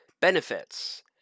benefits